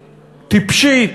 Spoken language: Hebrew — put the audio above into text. טיפשית,